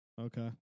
Okay